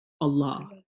Allah